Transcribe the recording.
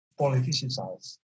politicized